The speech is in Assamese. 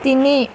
তিনি